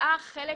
שמוציאה חלק